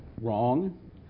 Wrong